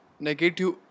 Negative